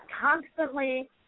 constantly